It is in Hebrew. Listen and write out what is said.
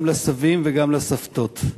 גם לסבים וגם לסבתות.